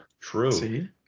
True